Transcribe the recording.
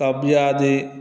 काव्यादि